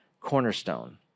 cornerstone